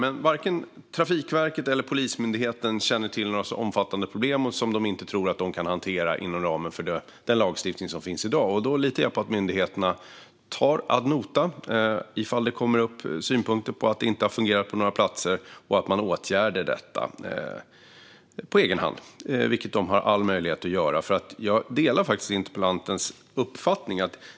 Men varken Trafikverket eller Polismyndigheten känner till några problem som är så omfattande att de inte kan hantera dem inom ramen för den lagstiftning som finns i dag. Jag litar på att myndigheterna tar detta ad notam om det kommer synpunkter på att det här inte har fungerat på vissa platser och att man därefter åtgärdar det på egen hand. Det har de alla möjligheter att göra. Jag delar interpellantens uppfattning här.